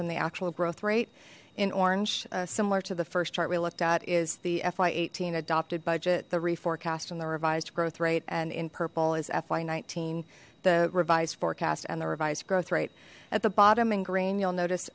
and the actual growth rate in orange similar to the first chart we looked at is the fy eighteen adopted budget the re cast and the revised growth rate and in purple is fy nineteen the revised forecast and the revised growth rate at the bottom in green you'll notice